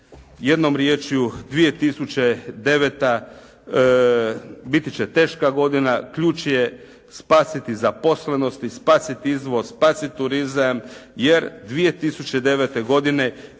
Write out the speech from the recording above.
jednom riječju 2009. biti će teška godina, ključ je spasiti zaposlenost i spasiti izvoz, spasiti turizam jer 2009. godine